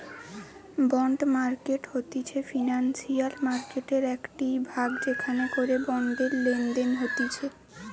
bond market হতিছে financial মার্কেটের একটিই ভাগ যেখান করে বন্ডের লেনদেন হতিছে